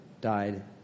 died